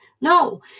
No